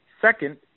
Second